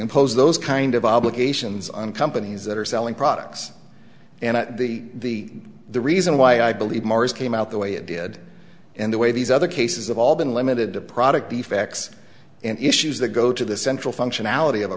impose those kind of obligations on companies that are selling products and that the the reason why i believe marrs came out the way it did and the way these other cases they've all been limited to product the facts and issues that go to the central functionality of a